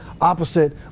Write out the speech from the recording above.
opposite